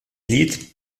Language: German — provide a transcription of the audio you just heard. lied